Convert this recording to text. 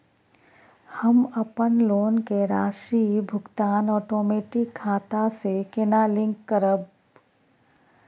हम अपन लोन के राशि भुगतान ओटोमेटिक खाता से केना लिंक करब?